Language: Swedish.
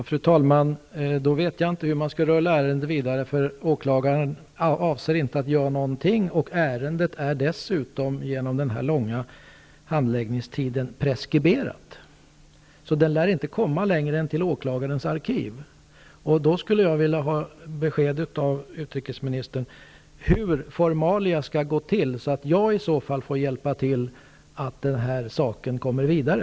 Fru talman! Då vet jag inte hur man skall rulla ärendet vidare, eftersom åklagaren inte avser att göra någonting. Ärendet är dessutom genom den här långa handläggningstiden preskriberat. Det lär inte komma längre än till åklagarens arkiv. Jag skulle då vilja ha besked av utrikesministern i frågan, hur det skall gå till att iaktta formalia, så att jag i så fall får hjälpa till att se till att den här saken kommer vidare.